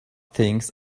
things